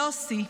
יוסי,